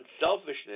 unselfishness